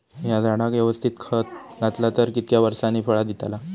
हया झाडाक यवस्तित खत घातला तर कितक्या वरसांनी फळा दीताला?